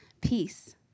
peace